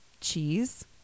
cheese